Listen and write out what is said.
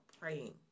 praying